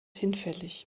hinfällig